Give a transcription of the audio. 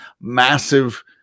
massive